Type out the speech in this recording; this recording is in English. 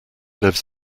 lives